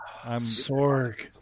Sorg